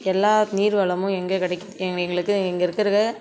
எல்லா நீர்வளமும் எங்கே கிடைக்கிது எங்களுக்கு இங்கே இருக்கிற